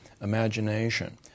imagination